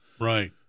right